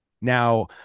Now